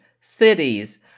cities